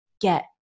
Get